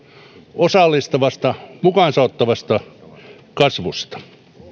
osallistavasta mukaansa ottavasta kasvusta